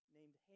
named